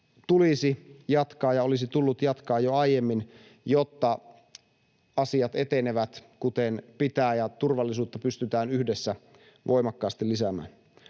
tulisi jatkaa ja olisi tullut jatkaa jo aiemmin, jotta asiat etenevät kuten pitää ja turvallisuutta pystytään yhdessä voimakkaasti lisäämään.